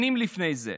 שנים לפני זה.